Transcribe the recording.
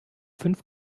fünf